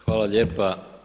Hvala lijepa.